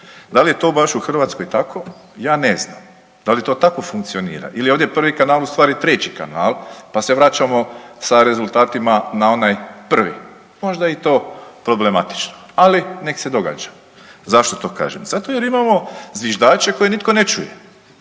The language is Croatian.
Da li je to baš u Hrvatskoj tako ja ne znam, da li to tako funkcionira ili je ovdje prvi kanal u stvari treći kanal pa se vraćamo sa rezultatima na onaj prvi. Možda je i to problematično, ali nek' se događa. Zašto to kažem? Zato jer imamo zviždače koje nitko ne čuje,